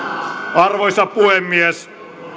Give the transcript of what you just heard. arvoisa puhemies